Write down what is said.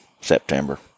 September